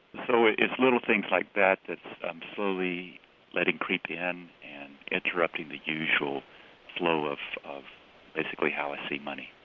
so it's little things like that that that's and slowly letting creep in and interrupting the usual flow of of basically how i see money.